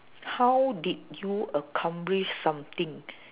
how did you accomplish something